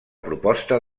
proposta